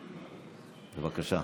בבקשה.